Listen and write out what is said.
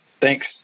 Thanks